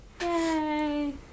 Yay